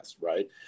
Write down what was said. right